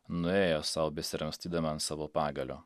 nuėjo sau besiramstydama ant savo pagalio